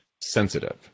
sensitive